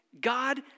God